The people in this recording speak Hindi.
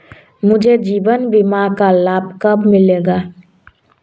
मुझे जीवन बीमा का लाभ कब मिलेगा?